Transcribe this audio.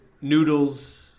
noodles